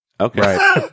Okay